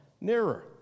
nearer